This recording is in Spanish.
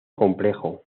complejo